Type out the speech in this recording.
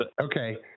Okay